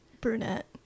Brunette